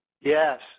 Yes